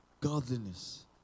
godliness